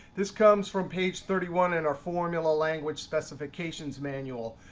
this comes from page thirty one in our formula language specifications manual.